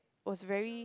was very